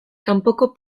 kanpoko